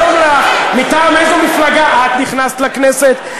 מטעם איזו מפלגה את נכנסת לכנסת?